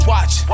Watch